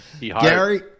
Gary